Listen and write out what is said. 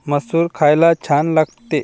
मसूर खायला छान लागते